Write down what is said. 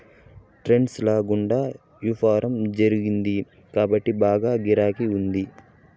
trades ల గుండా యాపారం జరుగుతుంది కాబట్టి బాగా గిరాకీ ఉంటాది